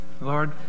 lord